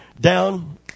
down